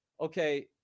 okay